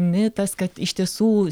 mitas kad iš tiesų